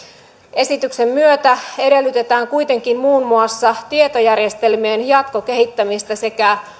esityksen myötä edellytetään kuitenkin muun muassa tietojärjestelmien jatkokehittämistä sekä